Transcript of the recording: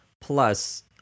plus